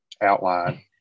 outline